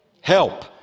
Help